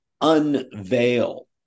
Unveil